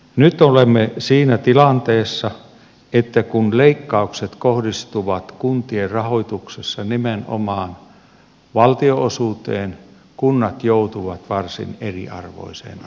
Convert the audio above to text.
nyt olemme siinä tilanteessa että kun leikkaukset kohdistuvat kuntien rahoituksessa nimenomaan valtionosuuteen kunnat joutuvat varsin eriarvoiseen asemaan